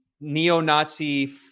neo-Nazi